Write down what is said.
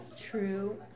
true